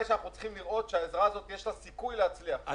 אבל צריכים לראות שלעזרה הזאת יש סיכוי להצליח.